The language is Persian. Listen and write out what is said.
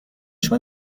شما